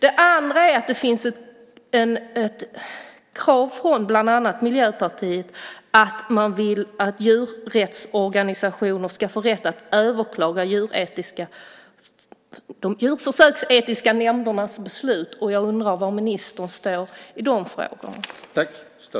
Den andra gäller att det finns ett krav från bland andra Miljöpartiet på att djurrättsorganisationer ska få rätt att överklaga de djurförsöksetiska nämndernas beslut. Jag undrar var ministern står i de frågorna.